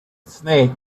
snake